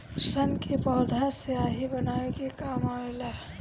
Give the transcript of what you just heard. सन के पौधा स्याही बनावे के काम आवेला